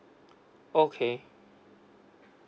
okay